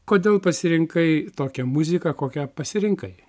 kodėl pasirinkai tokią muziką kokią pasirinkai